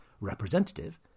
representative